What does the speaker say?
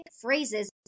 phrases